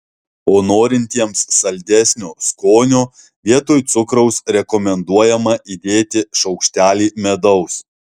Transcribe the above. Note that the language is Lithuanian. o norintiems saldesnio skonio vietoj cukraus rekomenduojama įdėti šaukštelį medaus